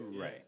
Right